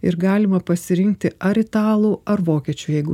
ir galima pasirinkti ar italų ar vokiečių jeigu